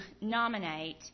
nominate